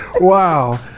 wow